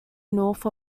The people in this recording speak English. north